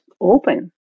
open